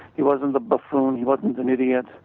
he wasn't the buffoon. he wasn't an idiot.